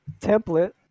template